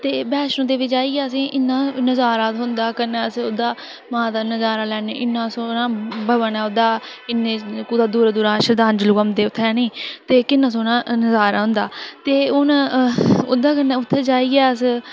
ते वैशणो देवी जाइयै असें गी इन्ना नज़ारा थ्होंदा असैं ओह्दा मां दा नज़ारा लैन्ने इन्ना सोह्ना भवन ओह्दा इन्ने दूरा दूरा श्रध्दालू औंदे उत्थै है नीं ते किन्ना सोहना नज़ारा होंदा ते हुन उंदे कन्नै उत्थै जाइयै अस